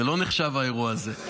זה לא נחשב, האירוע הזה.